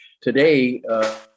Today